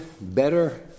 better